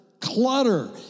clutter